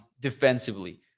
defensively